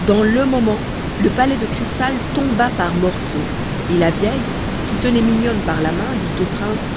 dans le moment le palais de cristal tomba par morceaux et la vieille qui tenait mignonne par la main dit au prince